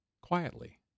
quietly